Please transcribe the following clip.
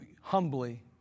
humbly